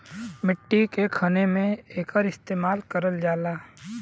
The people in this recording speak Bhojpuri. मट्टी के खने में एकर इस्तेमाल करल जाला